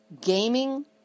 Gaming